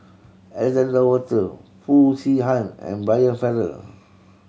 Alexander Wolter Foo Chee Han and Brian Farrell